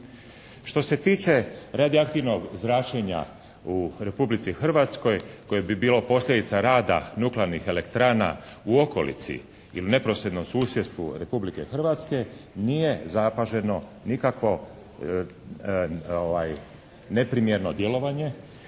Što se tiče radioaktivnog zračenja u Republici Hrvatskoj koje bi bilo posljedica rada nuklearnih elektrana u okolici ili neposredno u susjedstvu Republike Hrvatske nije zapaženo nikakvo neprimjerno djelovanje.